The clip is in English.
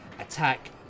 attack